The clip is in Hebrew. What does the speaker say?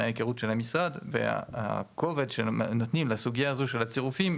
מההכרות של המשרד והכובד שנותנים לסוגייה הזו של הצירופים,